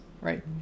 right